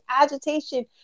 agitation